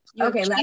okay